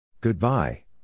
Goodbye